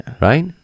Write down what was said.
Right